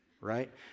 right